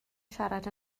siarad